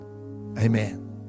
Amen